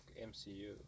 mcu